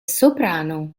soprano